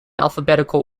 alphabetical